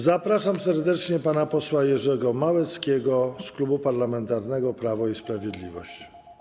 Zapraszam serdecznie pana posła Jerzego Małeckiego z Klubu Parlamentarnego Prawo i Sprawiedliwość.